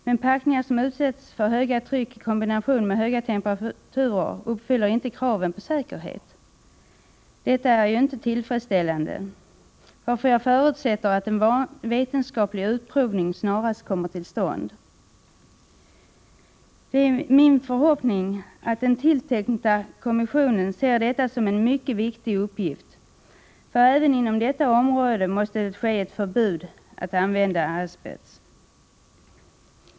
Men packningar som utsatts för höga tryck i kombination med höga temperaturer uppfyller inte kraven på säkerhet. Detta är inte tillfredsställande, varför jag förutsätter att en vetenskaplig utprovning snarast kommer till stånd. Det är min förhoppning att den tilltänkta kommissionen ser detta som en mycket viktig uppgift. Även inom detta område är det nämligen nödvändigt med ett förbud mot att använda asbest.